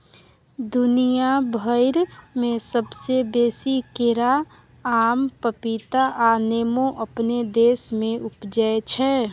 दुनिया भइर में सबसे बेसी केरा, आम, पपीता आ नेमो अपने देश में उपजै छै